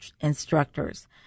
instructors